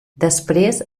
després